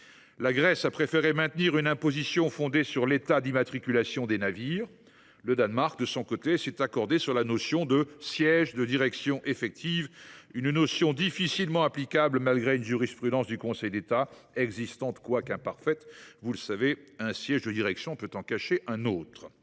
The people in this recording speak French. la Grèce a préféré maintenir une imposition fondée sur l’État d’immatriculation des navires, quand le Danemark a donné son accord à la notion de « siège de direction effective », notion difficilement applicable, malgré une jurisprudence du Conseil d’État qui existe, même si elle est imparfaite – comme vous le savez, un siège de direction peut en cacher un autre…